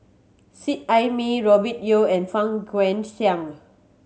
Seet Ai Mee Robert Yeo and Fang Guixiang